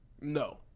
No